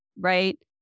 Right